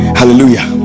hallelujah